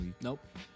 Nope